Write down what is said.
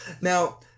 now